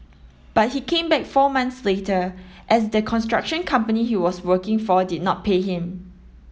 but he came back four months later as the construction company he was working for did not pay him